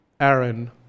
Aaron